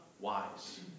wise